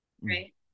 right